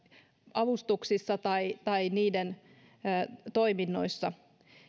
avustuksissa tai tai niiden toiminnoissa